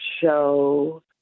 show